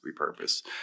repurpose